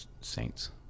Saints